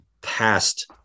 past